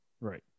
Right